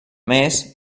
més